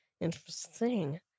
Interesting